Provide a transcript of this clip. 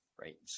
right